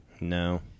No